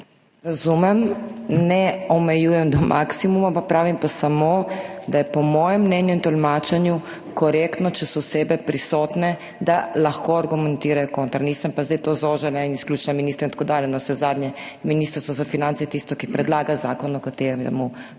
Razumem. Ne omejujem do maksimuma, pravim pa samo, da je po mojem mnenju in tolmačenju korektno, če so osebe prisotne, da lahko argumentirajo kontra. Nisem pa zdaj to zožila in izključila ministra in tako dalje. Navsezadnje, Ministrstvo za finance je tisto, ki predlaga zakon, o katerem